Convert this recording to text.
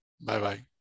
Bye-bye